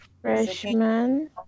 Freshman